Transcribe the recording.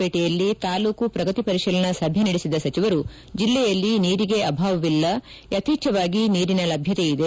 ಪೇಟೆಯಲ್ಲಿ ತಾಲ್ಲೂಕು ಪ್ರಗತಿಪರಿತೀಲನಾ ಸಭೆ ನಡೆಸಿದ ಸಚಿವರು ಜಿಲ್ಲೆಯಲ್ಲಿ ನೀರಿಗೆ ಅಭಾವವಿಲ್ಲ ಯಥೇಚ್ವವಾಗಿ ನೀರಿನ ಲಭ್ದತೆಯಿದೆ